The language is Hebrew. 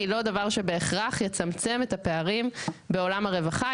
היא לא דבר שבהכרח יצמצם את הפערים בעולם הרווחה,